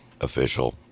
official